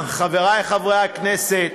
חברי חברי הכנסת,